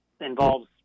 involves